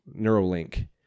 Neuralink